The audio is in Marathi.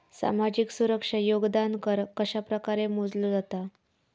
सामाजिक सुरक्षा योगदान कर कशाप्रकारे मोजलो जाता